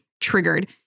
triggered